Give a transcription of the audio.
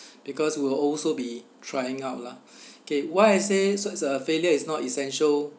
because we will also be trying out lah okay why I say su~ s~ uh failure is not essential